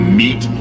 meet